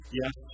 yes